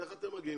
איך אתם מגיעים